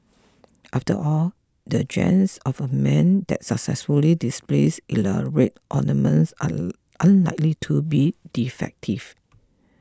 after all the genes of a man that successfully displays elaborate ornaments are unlikely to be defective